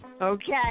okay